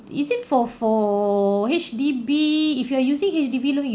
is it for for H_D_B if you are using H_D_B loan you